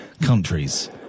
countries